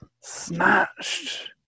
Snatched